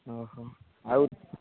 ଆଉ